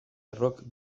errok